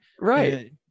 right